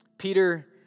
Peter